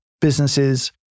businesses